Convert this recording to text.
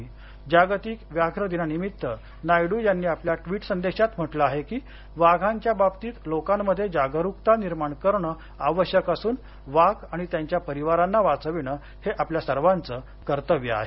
आंतरराष्ट्रीय व्याघ्र दिनानिमित्त नायूडू यांनी आपल्या ट्विट संदेशात म्हटलं आहे की वाघांच्या बाबतीत लोकांमध्ये जागरुकता निर्माण करणे आवश्यक असून वाघ आणि त्यांच्या परिवारांना वाचविणे हे आपल्या सर्वांचे कर्तव्य आहे